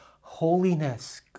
holiness